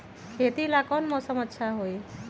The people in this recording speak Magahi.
खेती ला कौन मौसम अच्छा होई?